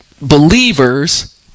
believers